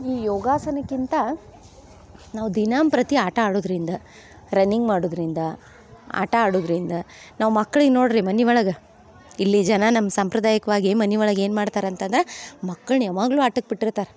ಈ ಯೋಗಾಸನಕ್ಕಿಂತ ನಾವು ದಿನಂಪ್ರತಿ ಆಟ ಆಡುವುದ್ರಿಂದ ರನ್ನಿಂಗ್ ಮಾಡುವುದ್ರಿಂದ ಆಟ ಆಡುವುದ್ರಿಂದ ನಾವು ಮಕ್ಳಿಗೆ ನೋಡಿರಿ ಮನೆ ಒಳಗೆ ಇಲ್ಲಿ ಜನ ನಮ್ಮ ಸಾಂಪ್ರದಾಯಿಕವಾಗಿ ಮನೆ ಒಳಗೆ ಏನು ಮಾಡ್ತಾರಂತಂದ್ರೆ ಮಕ್ಕಳ್ನ ಯಾವಾಗ್ಲೂ ಆಟಕ್ಕೆ ಬಿಟ್ಟಿರ್ತಾರೆ